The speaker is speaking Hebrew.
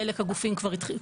חלק הגופים כבר התחילו.